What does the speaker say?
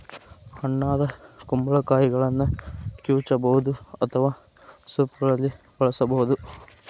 ಹಣ್ಣಾದ ಕುಂಬಳಕಾಯಿಗಳನ್ನ ಕಿವುಚಬಹುದು ಅಥವಾ ಸೂಪ್ಗಳಲ್ಲಿ ಬಳಸಬೋದು